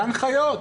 גן חיות.